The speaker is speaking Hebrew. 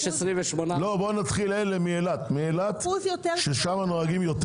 נתחיל מאילת ששם יש יותר.